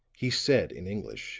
he said in english